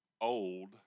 old